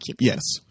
Yes